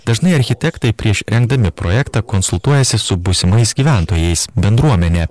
dažnai architektai prieš rengdami projektą konsultuojasi su būsimais gyventojais bendruomene